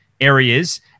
areas